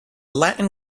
latin